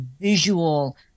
visual